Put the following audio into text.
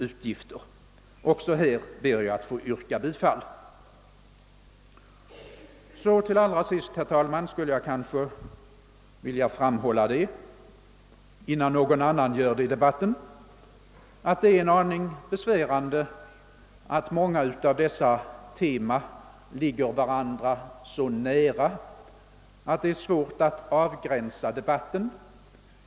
Även till denna reservation ber jag att få yrka bifall. Allra sist, herr talman, vill jag, innan någon annan gör det, framhålla att det är en aning besvärande att många av dessa teman ligger varandra så nära, att det är svårt att avgränsa debatten.